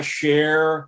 share